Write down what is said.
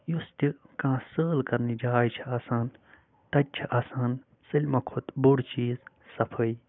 یُس تہِ کانہہ سٲل کَرنٕچ جاے چھےٚ آسان تَتہِ چھِ آسان سٲلمَن کھوتہٕ بوٚڑ چیٖز ضفٲیہِ